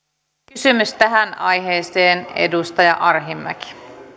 kysymys tähän aiheeseen edustaja arhinmäki